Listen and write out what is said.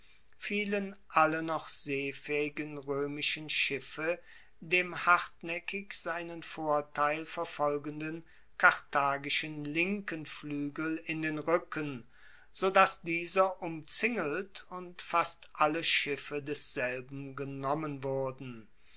fielen alle noch seefaehigen roemischen schiffe dem hartnaeckig seinen vorteil verfolgenden karthagischen linken fluegel in den ruecken so dass dieser umzingelt und fast alle schiffe desselben genommen wurden